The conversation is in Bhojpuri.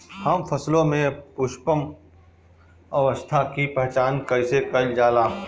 हम फसलों में पुष्पन अवस्था की पहचान कईसे कईल जाला?